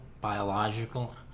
biological